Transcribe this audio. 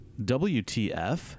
WTF